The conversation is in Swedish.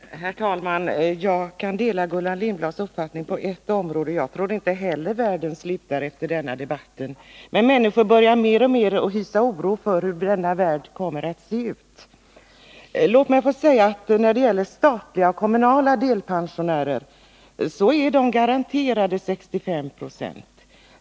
Herr talman! Jag kan dela Gullan Lindblads uppfattning på ett område: Jag tror inte heller att världen slutar efter denna debatt. Men människor börjar mer och mer hysa oro för hur denna värld kommer att se ut. Statliga och kommunala delpensionärer är garanterade 65 20.